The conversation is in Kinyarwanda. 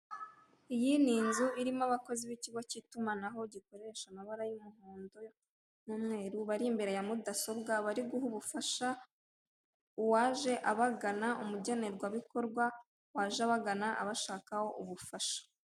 Iyi ni inzu irimo abakozi b'ikigo k'itumanaho gikoresha amabara y'umuhondo n'umweru bari imbere ya mudasobwa bari guha ubifasha uwaje abagana umugenerwabikorwa waje abagana abashakaho ubufasha.